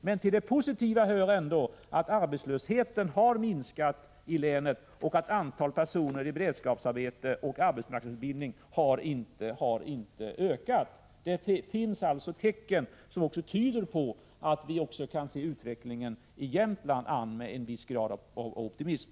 Men till det positiva hör ändå att arbetslösheten har minskat i länet och att antalet personer i beredskapsarbete och arbetsmarknadsutbildning inte har ökat. Det finns alltså tecken som tyder på att vi kan se också utvecklingen i Jämtland an med en viss grad av optimism.